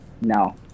No